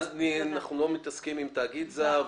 אז אנחנו לא מתעסקים עם תאגיד זר ותושב.